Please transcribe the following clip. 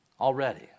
Already